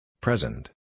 Present